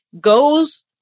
Goes